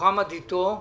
מוחמד אתו.